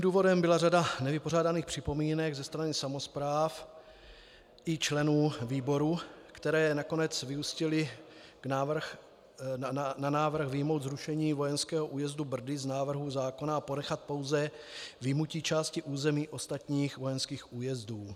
Důvodem byla řada nevypořádaných připomínek ze strany samospráv i členů výboru, které nakonec vyústily v návrh vyjmout zrušení vojenského újezdu Brdy z návrhu zákona a ponechat pouze vyjmutí části území ostatních vojenských újezdů.